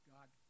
God